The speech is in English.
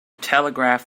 telegraph